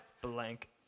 blank